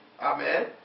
Amen